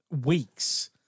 Weeks